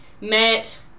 met